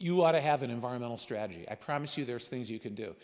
you want to have an environmental strategy i promise you there's things you can do